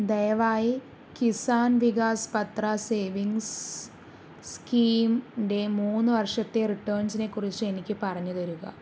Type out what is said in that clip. ദയവായി കിസാൻ വികാസ് പത്ര സേവിംഗ്സ് സ്കീമിൻ്റെ മൂന്ന് വർഷത്തെ റിട്ടേൺസിനെ കുറിച്ച് എനിക്ക് പറഞ്ഞു തരിക